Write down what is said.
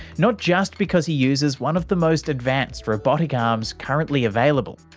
not just because he uses one of the most advanced robotic arms currently available,